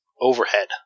overhead